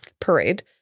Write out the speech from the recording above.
parade